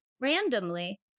randomly